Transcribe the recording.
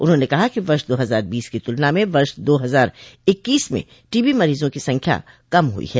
उन्होंने कहा कि वर्ष दो हजार बीस की तुलना में वर्ष दो हजार इक्कीस में टीबी मरीजों की संख्या कम हुई है